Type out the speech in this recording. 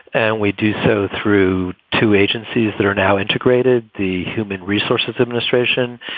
and we do so through two agencies that are now integrated. the human resources administration,